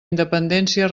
independència